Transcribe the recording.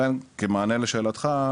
כמענה לשאלתך,